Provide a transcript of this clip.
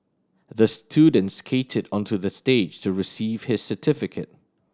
the student skated onto the stage to receive his certificate